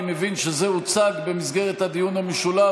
אני מבין שזה הוצג במסגרת הדיון המשולב,